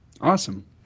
Awesome